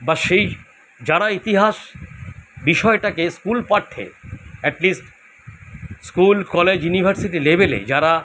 বা সেই যারা ইতিহাস বিষয়টাকে স্কুল পাঠ্যে at least school college university লেভেলে যারা